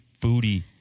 foodie